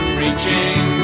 reaching